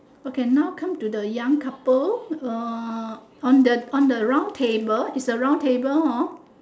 okay now come to the young couple uh on the on the round table is a round table hor